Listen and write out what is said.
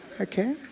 Okay